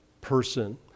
person